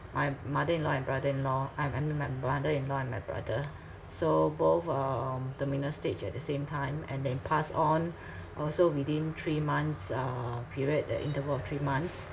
my mother in-law and brother in-law I'm I mean my mother in-law and my brother so both um terminal stage at the same time and they pass on also within three months uh period that interval of three months